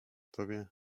tobie